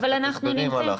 אבל אנחנו נמצאים,